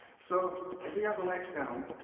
so, if we have the lights down.